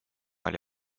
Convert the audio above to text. oli